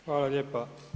Hvala lijepa.